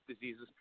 diseases